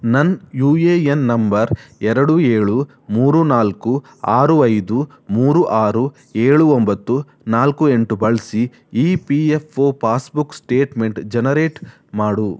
ನನ್ನ U A N number ಎರಡು ಏಳು ಮೂರು ನಾಲ್ಕು ಆರು ಐದು ಮೂರು ಆರು ಏಳು ಒಂಬತ್ತು ನಾಲ್ಕು ಎಂಟು ಬಳಸಿ E P F O passbook statement generate ಮಾಡು